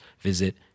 visit